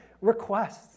requests